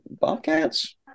Bobcats